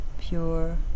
pure